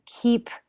Keep